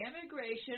Immigration